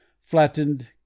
Flattened